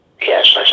Yes